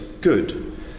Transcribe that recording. good